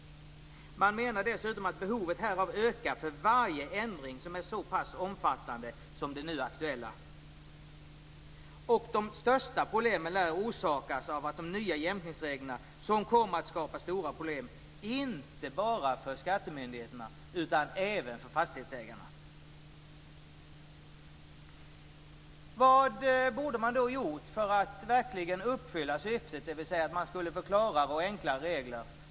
Man menar dessutom att behovet härav ökar för varje ändring som är så pass omfattande som den nu aktuella. De största problemen lär orsakas av de nya jämkningsreglerna, som kommer att skapa stora problem, inte bara för skattemyndigheterna utan även för fastighetsägarna. Vad borde man då ha gjort för att verkligen uppfylla syftet, dvs. att få klarare och enklare regler?